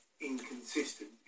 inconsistent